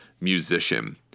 musician